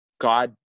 God